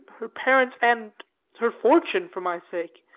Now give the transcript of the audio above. her parents and her fortune for my sake.